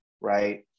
right